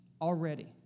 already